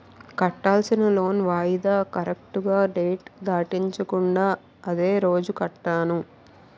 కట్టాల్సిన లోన్ వాయిదా కరెక్టుగా డేట్ దాటించకుండా అదే రోజు కట్టాను